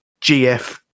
GF